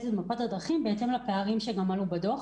את מפת הדרכים בהתאם לפערים שעלו בדוח.